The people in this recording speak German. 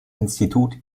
institut